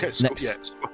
Next